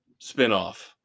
spinoff